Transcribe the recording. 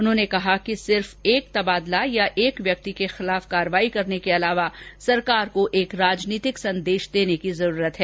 उन्होंने कहा कि सिर्फ एक तबादला या एक व्यक्ति के खिलाफ कार्रवाई करने के अलावा सरकार को एक राजनीतिक संदेश देने की जरूरत है